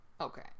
Okay